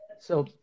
So-